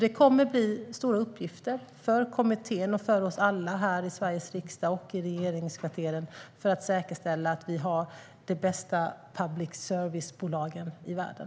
Det kommer att bli stora uppgifter för kommittén och för oss alla här i Sveriges riksdag och i regeringskvarteren för att säkerställa att vi har de bästa public service-bolagen i världen.